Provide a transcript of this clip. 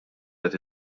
qed